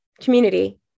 community